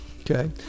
Okay